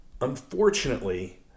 Unfortunately